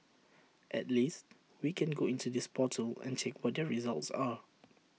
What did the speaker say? at least we can go into this portal and check what their results are